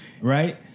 Right